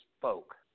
folk